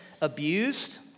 abused